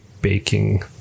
baking